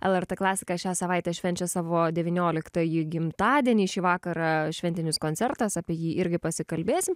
lrt klasika šią savaitę švenčia savo devynioliktąjį gimtadienį šį vakarą šventinis koncertas apie jį irgi pasikalbėsim